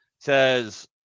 says